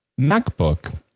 MacBook